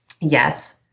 Yes